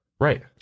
Right